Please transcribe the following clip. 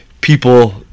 people